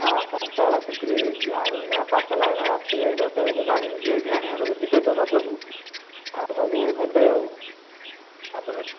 ଆଉ କଞ୍ଚା ବେଳେ ବିକ୍ରି ହୋଇଯାଇଛି ଆଉ ଏହି ଯାହା ପାକଲା ଗୁରା ଅଛି ଏହି ରଜ ବେଳକୁ ଯାହା ଯେମିତି ଝିଅ ଝିଆଣୀ ଘରକୁ ଯିବେତ ରଜ କୁ ଆଉ ସବୁ ନେବେ ଆଉ ତାପରେ